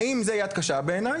האם זו יד קשה בעיניך,